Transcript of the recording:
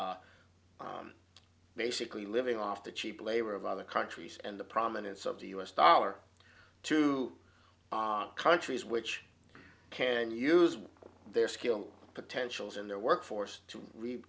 it's basically living off the cheap labor of other countries and the prominence of the u s dollar to countries which can use their skill potentials in their workforce to re